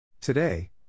Today